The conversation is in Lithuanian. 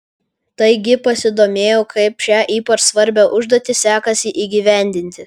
taigi pasidomėjau kaip šią ypač svarbią užduotį sekasi įgyvendinti